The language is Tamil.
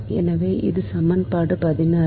எனவே இது சமன்பாடு பதினாறு